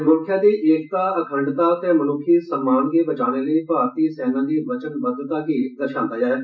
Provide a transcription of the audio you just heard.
मुल्ख दी एकता अखंडता ते मनुक्खी सम्मान गी बचाने लेई भारतीय सेना दी वचबद्वता गी दर्शांदा ऐ